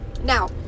Now